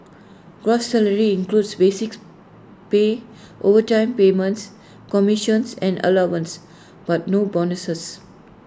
gross salary includes basic pay overtime payments commissions and allowances but no bonuses